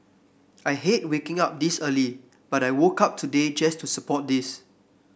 I hate waking up this early but I woke up today just to support this